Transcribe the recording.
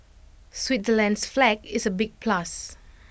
Switzerland's flag is A big plus